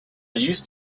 used